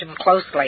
closely